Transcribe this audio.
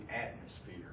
atmosphere